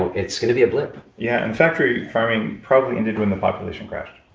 and it's gonna be a blip yeah. and factory farming probably ended when the population crashed.